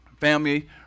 Family